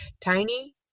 tiny